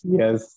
yes